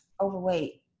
overweight